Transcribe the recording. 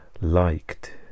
liked